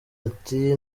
ati